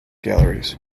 galleries